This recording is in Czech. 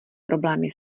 problémy